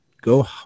go